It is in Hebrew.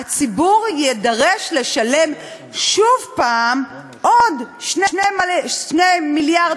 הציבור יידרש לשלם שוב עוד 2 מיליארד